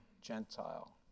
Gentile